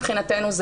מבחינתנו,